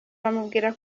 bamubwira